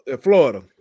Florida